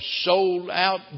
sold-out